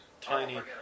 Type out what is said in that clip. tiny